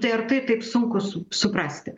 tai ar tai taip sunku su suprasti